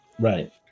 Right